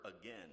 again